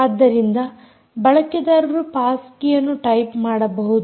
ಆದ್ದರಿಂದ ಬಳಕೆದಾರರು ಪಾಸ್ ಕೀಯನ್ನು ಟೈಪ್ ಮಾಡಬಹುದು